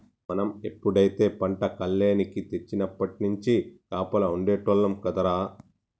మనం ఎప్పుడైతే పంట కల్లేనికి తెచ్చినప్పట్నుంచి కాపలా ఉండేటోల్లం కదరా